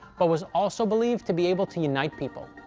but was also believed to be able to unite people.